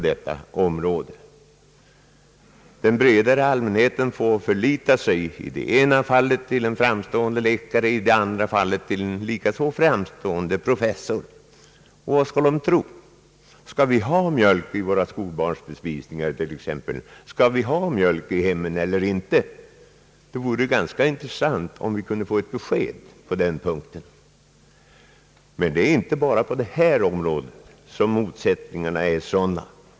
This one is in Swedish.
Den breda allmänheten får i det ena fallet förlita sig på en framstående läkare, i det andra fallet på en lika framstående professor. Vad skall man tro? Skall vi ha mjölk i våra skolbarnsbespisningar eller inte? Det vore intressant om vi kunde få besked på den punkten. Men det är inte bara på detta område som motsättningarna är så stora.